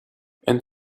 and